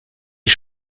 die